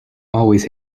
always